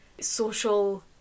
social